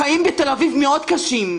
החיים בתל-אביב מאוד קשים.